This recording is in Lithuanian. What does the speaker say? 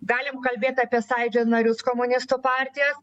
galim kalbėt apie sąjūdžio narius komunistų partijos